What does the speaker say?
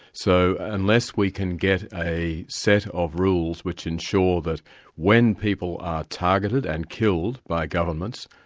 so unless we can get a set of rules which ensure that when people are targeted and killed by governments,